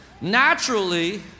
naturally